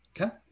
Okay